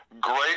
Great